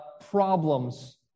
problems